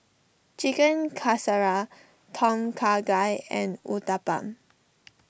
Chicken Casserole Tom Kha Gai and Uthapam